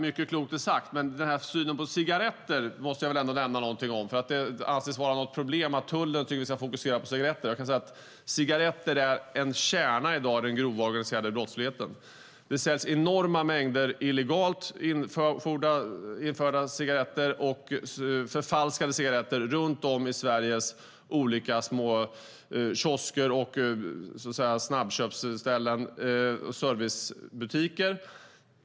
Mycket klokt är sagt, men synen på cigaretter måste jag ändå säga någonting om. Det anses vara ett problem att tullen tycks ha fokuserat på cigaretter. Jag kan säga att cigaretter i dag är en kärna i den grova, organiserade brottsligheten. Det säljs enorma mängder illegalt införda cigaretter och förfalskade cigaretter runt om i Sveriges olika små kiosker, snabbköp och servicebutiker.